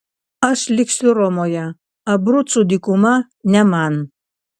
aš liksiu romoje abrucų dykuma ne man